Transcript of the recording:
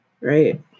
right